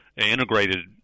integrated